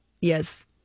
Yes